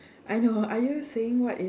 I know are you saying what is